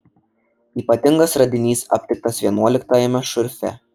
ypatingas radinys aptiktas vienuoliktajame šurfe